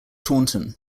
taunton